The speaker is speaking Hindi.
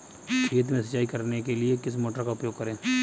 खेत में सिंचाई करने के लिए किस मोटर का उपयोग करें?